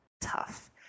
tough